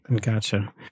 Gotcha